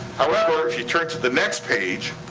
however, if you turn to the next page,